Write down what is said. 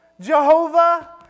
Jehovah